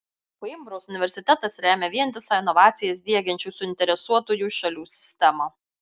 koimbros universitetas remia vientisą inovacijas diegiančių suinteresuotųjų šalių sistemą